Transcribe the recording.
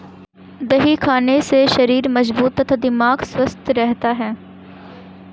दही खाने से शरीर मजबूत तथा दिमाग स्वस्थ रहता है